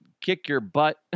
kick-your-butt